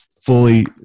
fully